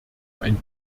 ein